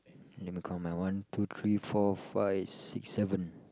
let me count now one two three four five six seven